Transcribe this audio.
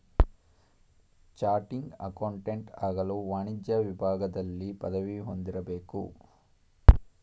ಚಾಟಿಂಗ್ accountant ಆಗಲು ವಾಣಿಜ್ಯ ವಿಭಾಗದಲ್ಲಿ ಪದವಿ ಹೊಂದಿರಬೇಕು